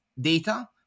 data